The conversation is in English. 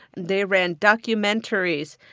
they ran documentaries,